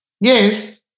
Yes